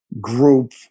group